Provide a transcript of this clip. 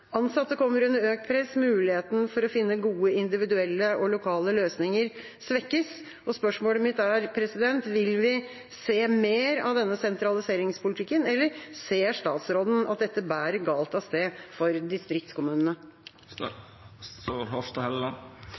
Ansatte kommer under økt press, muligheten for å finne gode individuelle og lokale løsninger svekkes, og spørsmålet mitt er: Vil vi se mer av denne sentraliseringspolitikken, eller ser statsråden at dette bærer galt av sted for distriktskommunene?